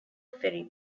ferry